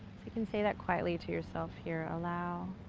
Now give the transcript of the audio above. you can say that quietly to yourself here. allow,